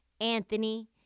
Anthony